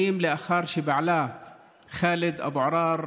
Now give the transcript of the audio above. שמרחיב את שיקול הדעת השיפוטי בפסילת ראיה